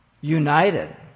united